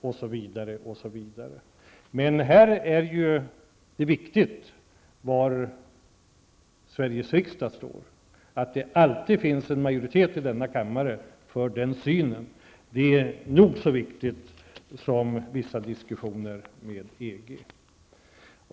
Det är också viktigt vad Sveriges riksdag har för inställning. Att det alltid finns en majoritet i denna kammare för den synen är nog så viktigt som vissa diskussioner med EG.